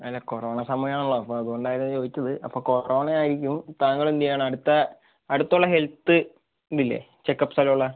അല്ല കൊറോണ സമയമാണല്ലോ അപ്പം അതുകൊണ്ടായിരുന്നു ചോദിച്ചത് അപ്പം കൊറോണ ആയിരിക്കും താങ്കൾ എന്തു ചെയ്യണം അടുത്ത അടുത്തുള്ള ഹെൽത്ത് ഇതില്ലേ ചെക്കപ്പ് സ്ഥലമുള്ള